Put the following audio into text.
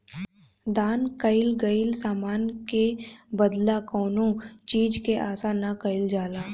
दान कईल गईल समान के बदला कौनो चीज के आसा ना कईल जाला